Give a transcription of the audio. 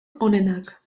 onenak